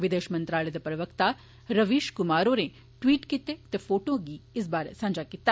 विदेश मंत्रालय दे प्रवक्ता रवीश कुमार होरें ट्वीट कीते ते फोटो गी सांझा कीता